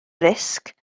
risg